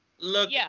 Look